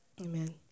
Amen